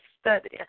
study